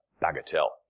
Bagatelle